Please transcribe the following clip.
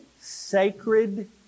sacred